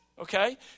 Okay